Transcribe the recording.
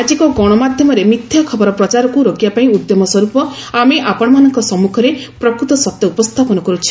fake news ବିଭିନ୍ନ ସାମାଜିକ ଗଣମାଧ୍ୟମରେ ମିଥ୍ୟା ଖବର ପ୍ରଚାରକୁ ରୋକିବା ପାଇଁ ଉଦ୍ୟମ ସ୍ପର୍ ପ ଆମେ ଆପଣମାନଙ୍କ ସମ୍ମୁଖରେ ପ୍ରକୃତ ସତ୍ୟ ଉପସ୍ଥାପନ କରୁଛ